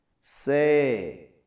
Say